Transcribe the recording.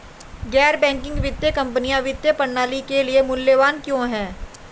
गैर बैंकिंग वित्तीय कंपनियाँ वित्तीय प्रणाली के लिए मूल्यवान क्यों हैं?